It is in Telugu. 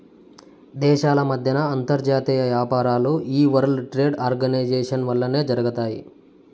దేశాల మద్దెన అంతర్జాతీయ యాపారాలు ఈ వరల్డ్ ట్రేడ్ ఆర్గనైజేషన్ వల్లనే జరగతాయి